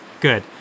Good